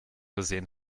gesehen